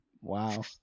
wow